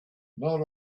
not